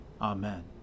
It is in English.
Amen